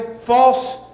false